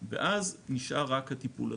ואז נשאר רק הטיפול התרופתי.